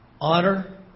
honor